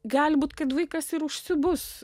gali būti kad vaikas ir užsibus